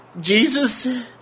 Jesus